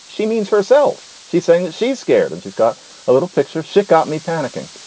she means herself. she's saying that she's scared and she's got a little picture of shit, got me panicking.